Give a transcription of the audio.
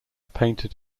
painted